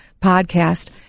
podcast